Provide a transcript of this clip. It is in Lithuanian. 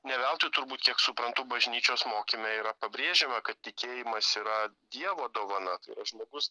ne veltui turbūt kiek suprantu bažnyčios mokyme yra pabrėžiama kad tikėjimas yra dievo dovana tai yra žmogus